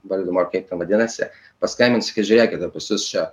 valdymo ar kaip vadinasi paskambins sakys žiūrėkite pas jus čia